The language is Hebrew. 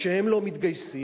כשהם לא מתגייסים,